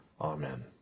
Amen